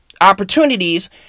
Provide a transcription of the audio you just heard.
opportunities